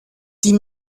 die